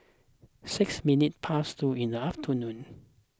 six minutes past two in the afternoon